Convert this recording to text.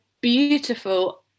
beautiful